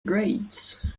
grades